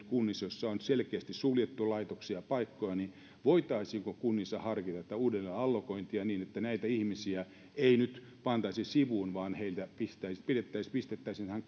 kunnissa joiden kohdalla on selkeästi suljettu laitoksia paikkoja niin onko mahdollisuutta ja voitaisiinko kunnissa harkita uudelleen allokointia niin että näitä ihmisiä ei nyt pantaisi sivuun vaan heidät pistettäisiin pistettäisiin tähän